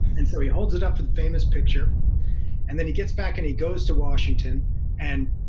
and so he holds it up for the famous picture and then he gets back and he goes to washington and